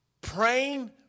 praying